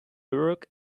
work